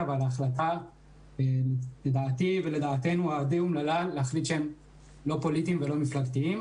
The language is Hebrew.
ועל ההחלטה שהם לא פוליטיים ולא מפלגתיים.